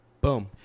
Boom